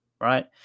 right